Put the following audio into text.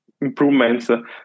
improvements